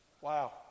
Wow